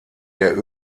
der